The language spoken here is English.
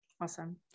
Awesome